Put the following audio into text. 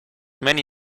many